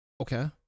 okay